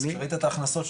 ראית את ההכנסות,